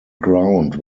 ground